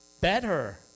better